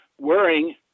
wearing